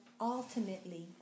ultimately